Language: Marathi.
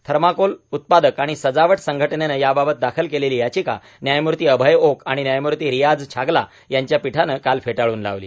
थर्माकोल उत्पादक आणि सजावट संघटनेनं याबाबत दाखल केलेली याचिका न्यायमूर्ती अभय ओक आणि न्यायमूर्ती रियाझ छागला यांच्या पीठानं काल फेटाळून लावली